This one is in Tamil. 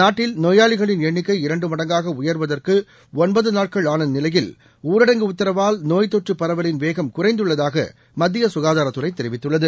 நாட்டில் நோயாளிகளின் என்ணிக்கை இரண்டு மடங்காகஉயா்வதற்குஒன்பதநாட்கள் ஆனநிலையில் ஊரடங்கு உத்தரவால்நோய்த்தொற்றுபரவலின் வேகம் குறைந்துள்ளதாகமத்தியசுகாதாரத்துறைதெரிவித்துள்ளது